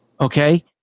okay